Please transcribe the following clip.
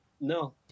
No